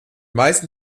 meisten